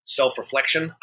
self-reflection